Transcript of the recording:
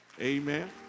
Amen